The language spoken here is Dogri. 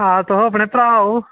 आं तुस अपने भ्रा ओ